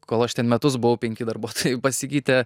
kol aš ten metus buvau penki darbuotojai pasikeitė